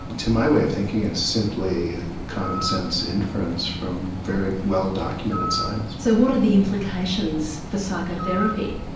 to my way of thinking, it's simply common sense inference from very well-documented science. so what are the implications for psycho-therapy?